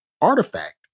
artifact